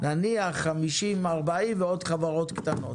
נניח 50, 40 ועוד חברות קטנות.